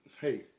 hey